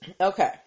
Okay